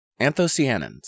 Anthocyanins